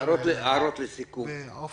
אחד שצריך גם להכיר